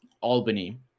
Albany